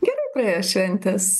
gerai praėjo šventės